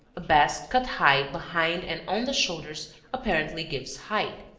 a basque cut high behind and on the shoulders apparently gives height.